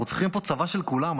אנחנו צריכים פה צבא של כולם,